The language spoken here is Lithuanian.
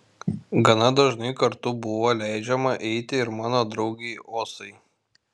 gana dažnai kartu buvo leidžiama eiti ir mano draugei osai